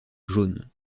jaune